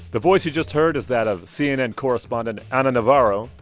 the voice you just heard is that of cnn correspondent ana navarro.